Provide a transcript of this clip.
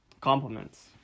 Compliments